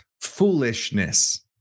Foolishness